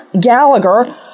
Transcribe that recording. Gallagher